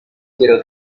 quiero